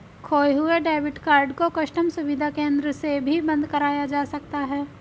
खोये हुए debit card को कस्टम सुविधा केंद्र से भी बंद कराया जा सकता है